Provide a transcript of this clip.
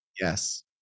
Yes